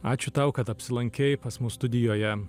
ačiū tau kad apsilankei pas mus studijoje